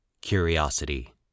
Curiosity